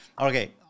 Okay